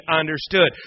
understood